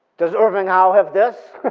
does irving howe have this?